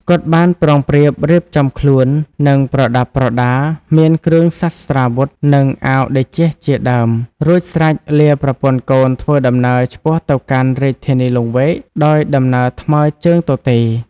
គាត់បានប្រុងប្រៀបរៀបចំខ្លួន និង ប្រដាប់ប្រដាមាន គ្រឿងសស្ត្រាវុធ និងអាវតេជះជាដើម រួចស្រេចលាប្រពន្ធកូនធ្វើដំណើរឆ្ពោះទៅកាន់រាជធានីលង្វែកដោយដំណើរថ្មើរជើងទទេ ។